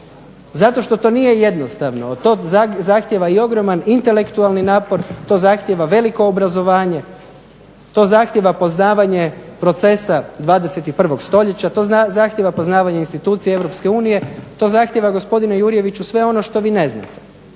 Zato što to nije jednostavno, to zahtjeva i ogroman intelektualni napor, to zahtjeva veliko obrazovanje, to zahtjeva poznavanje procesa 21. stoljeća, to zahtjeva poznavanje institucija EU, to zahtjeva gospodine Jurjeviću sve ono što vi ne znate.